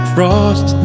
Frost